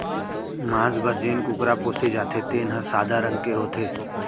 मांस बर जेन कुकरा पोसे जाथे तेन हर सादा रंग के होथे